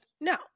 no